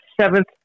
seventh